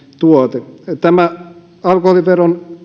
tuote tässä alkoholiveron